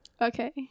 Okay